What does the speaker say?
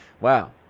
Wow